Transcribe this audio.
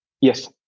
Yes